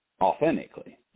authentically